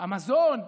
המזון,